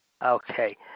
Okay